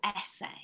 essay